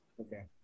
okay